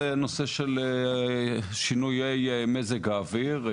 זה הנושא של שינויי מזג האוויר,